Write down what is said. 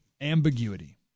Ambiguity